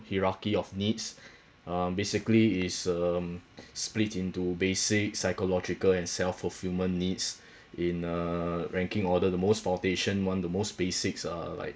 hierarchy of needs um basically is um split into basic psychological and self-fulfillment needs in a ranking order the most foundation one the most basics uh like